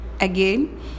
again